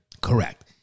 Correct